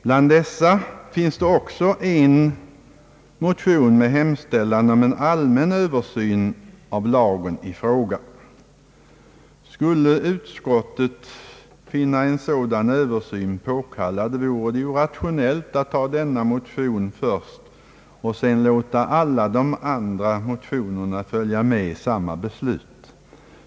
Bland dessa motioner finns också en motion med hemställan om en allmän översyn av lagen i fråga. Skulle utskottet finna en sådan översyn vara påkallad, vore det ju rationellt att ta denna motion först och sedan låta alla de andra motionerna följa med i samma beslut.